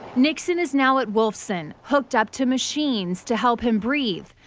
nixon is now at wilson hooked up to machines to help him breathe.